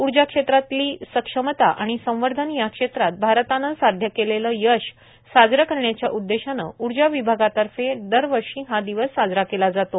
उर्जा क्षेत्रातली सक्षमता आणि संवर्धन या क्षेत्रात भारतानं साध्य केलेलं यश साजरं करण्याच्या उद्देशानं विभागातर्फे दर उर्जा वर्षी हा दिवस साजरा केला जातो